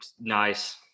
Nice